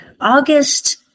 August